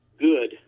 good